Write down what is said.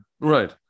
right